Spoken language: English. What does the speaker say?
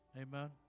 Amen